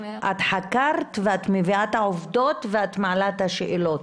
את חקרת, את מביאה את העובדות ואת מעלה את השאלות.